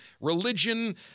religion